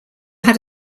had